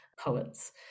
poets